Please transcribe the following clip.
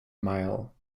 mile